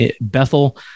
Bethel